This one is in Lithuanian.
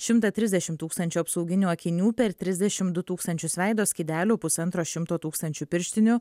šimtą trisdešim tūkstančių apsauginių akinių per trisdešim du tūkstančius veido skydelių pusantro šimto tūkstančių pirštinių